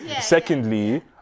secondly